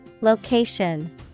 Location